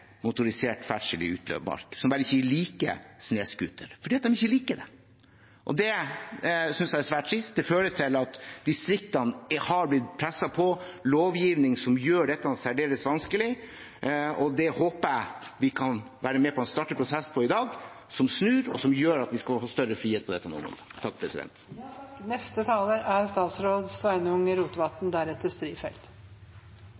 det. Det synes jeg er svært trist. Det fører til at distriktene har blitt presset på lovgivning som gjør dette særdeles vanskelig. Jeg håper vi i dag kan være med på å starte en prosess som snur det, og som gjør at vi også skal få større frihet på dette